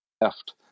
left